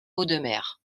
audemer